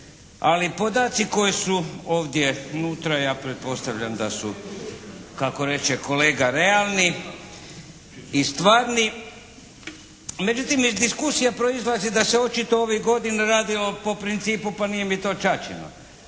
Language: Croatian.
Ali podaci koji su ovdje unutra ja pretpostavljam da su kako reče kolega realni i stvarni. Međutim, iz diskusija proizlazi da se očito ovih godina radi po principu pa nije mi to ćaćino,